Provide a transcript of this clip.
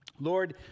Lord